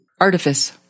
artifice